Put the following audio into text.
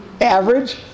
average